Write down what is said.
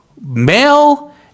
male